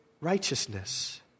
righteousness